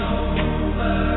over